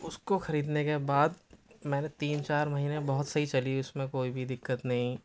اس کو خریدنے کے بعد میں نے تین چار مہینے بہت صحیح چلی اس میں کوئی بھی دقت نہیں